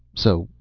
so,